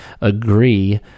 agree